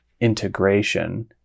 integration